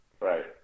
Right